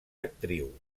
actriu